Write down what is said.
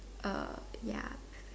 uh ya